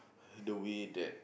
the way that